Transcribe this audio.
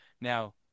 Now